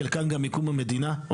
חלקן גם מקום המדינה.